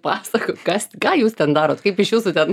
pasakok kas ką jūs ten darot kaip iš jūsų ten